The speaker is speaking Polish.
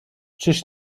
czyż